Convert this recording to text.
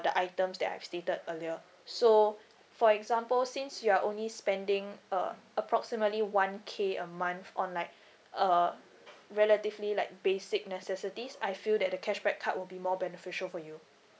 the items that I've stated earlier so for example since you are only spending uh approximately one K a month on like uh relatively like basic necessities I feel that the cashback card will be more beneficial for you